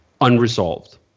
unresolved